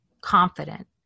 confident